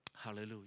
hallelujah